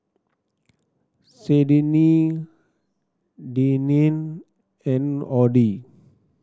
Sydnee Deneen and Audie